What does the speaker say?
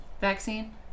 vaccine